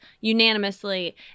unanimously